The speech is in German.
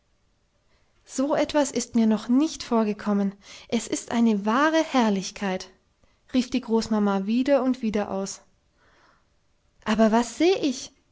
so etwas ist mir noch nicht vorgekommen es ist eine wahre herrlichkeit rief die großmama wieder und wieder aus aber was seh ich